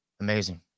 Amazing